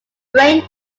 brain